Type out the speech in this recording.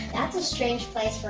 strange place